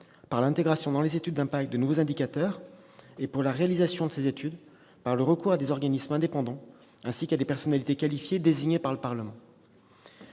par l'intégration dans les études d'impact de nouveaux indicateurs et, pour la réalisation de ces études, par le recours à des organismes indépendants, ainsi qu'à des personnalités qualifiées désignées par le Parlement.